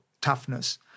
toughness